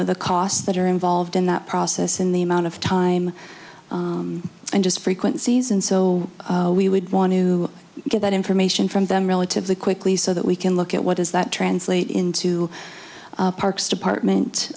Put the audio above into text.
of the costs that are involved in that process in the amount of time and just frequencies and so we would want to get that information from them relatively quickly so that we can look at what does that translate into parks department